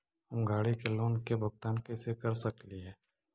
हम गाड़ी के लोन के भुगतान कैसे कर सकली हे?